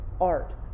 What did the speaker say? art